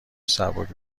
سبک